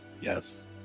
Yes